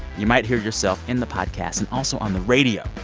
you might hear yourself in the podcast and also on the radio.